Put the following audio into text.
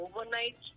overnight